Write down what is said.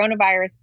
coronavirus